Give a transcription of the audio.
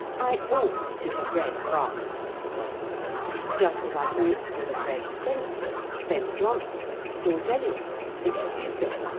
i ought to have read berkeley, you say just as i ought to have read spenser, ben jonson, george eliot, victor hugo.